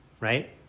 Right